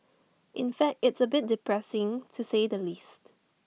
in fact it's A bit depressing to say the least